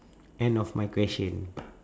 end of my question